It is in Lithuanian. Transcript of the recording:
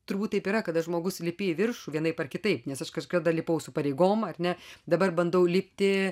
turbūt taip yra kada žmogus lipi į viršų vienaip ar kitaip nes aš kažkada lipau su pareigom ar ne dabar bandau lipti